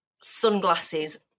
sunglasses